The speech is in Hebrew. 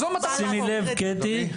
קטי,